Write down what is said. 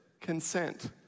consent